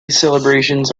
celebrations